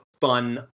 fun